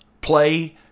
play